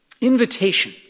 Invitation